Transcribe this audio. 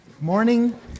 Morning